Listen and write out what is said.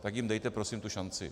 Tak jim dejte prosím šanci.